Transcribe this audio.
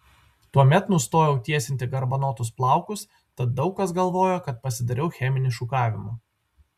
tuomet nustojau tiesinti garbanotus plaukus tad daug kas galvojo kad pasidariau cheminį šukavimą